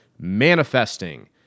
Manifesting